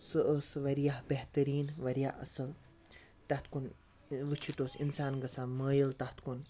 سۄ ٲسۍ واریاہ بہتریٖن واریاہ اَصٕل تتھ کُن وُچھِتھ اوس اِنسان گَژھان مٲیل تتھ کُن